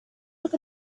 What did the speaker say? took